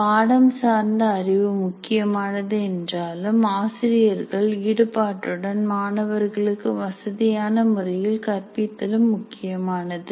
பாடம் சார்ந்த அறிவு முக்கியமானது என்றாலும் ஆசிரியர்கள் ஈடுபாட்டுடன் மாணவர்களுக்கு வசதியான முறையில் கற்பித்தலும் முக்கியமானது